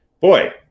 Boy